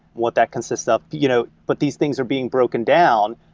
what that consists of. you know but these things are being broken down,